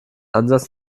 ansatz